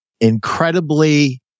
incredibly